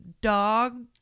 dog